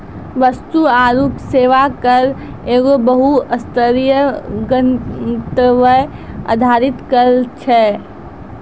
वस्तु आरु सेवा कर एगो बहु स्तरीय, गंतव्य आधारित कर छै